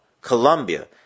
Colombia